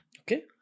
Okay